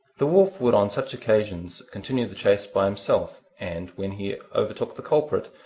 the wolf would on such occasions continue the chase by himself, and when he overtook the culprit,